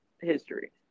history